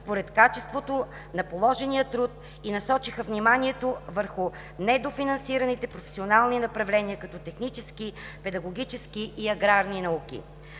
според качеството на положения труд и насочиха вниманието върху недофинансираните професионални направления като технически, педагогически и аграрни науки.